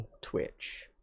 twitch